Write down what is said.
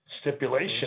stipulation